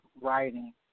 writing